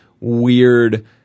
weird